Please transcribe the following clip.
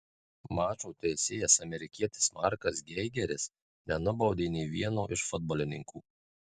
mačo teisėjas amerikietis markas geigeris nenubaudė nė vieno iš futbolininkų